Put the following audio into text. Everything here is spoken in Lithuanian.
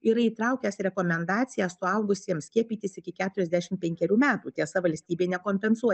yra įtraukęs rekomendaciją suaugusiems skiepytis iki keturiasdešimt penkerių metų tiesa valstybė nekompensuoja